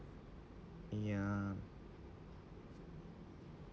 yeah